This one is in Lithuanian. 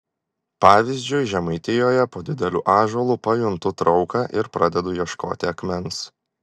pavyzdžiui žemaitijoje po dideliu ąžuolu pajuntu trauką ir pradedu ieškoti akmens